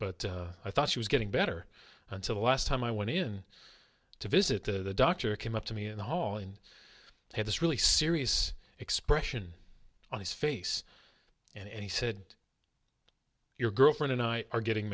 but i thought she was getting better until the last time i went in to visit the doctor came up to me in the hall and had this really serious expression on his face and he said your girlfriend and i are getting